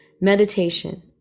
meditation